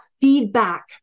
feedback